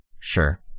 Sure